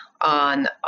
on